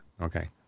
Okay